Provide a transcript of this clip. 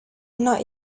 not